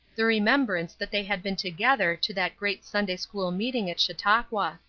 the remembrance that they had been together to that great sunday-school meeting at chautauqua.